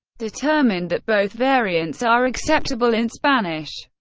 determined that both variants are acceptable in spanish,